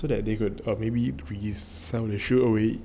so that they could or maybe resale their shoes away